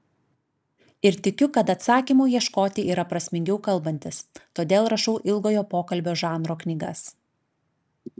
ir tikiu kad atsakymų ieškoti yra prasmingiau kalbantis todėl rašau ilgojo pokalbio žanro knygas